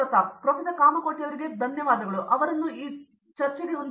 ಪ್ರತಾಪ್ ಹರಿಡೋಸ್ ಧನ್ಯವಾದಗಳು ಪ್ರೊಫೆಸರ್ ಕಾಮಕೋಟಿ